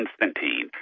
Constantine